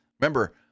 Remember